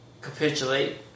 capitulate